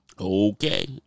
Okay